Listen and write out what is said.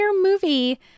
movie